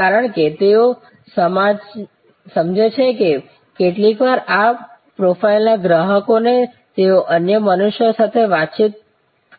કારણ કે તેઓ સમજે છે કે કેટલીકવાર આ પ્રોફાઇલના ગ્રાહકોને તેઓ અન્ય મનુષ્યો સાથે વાતચીત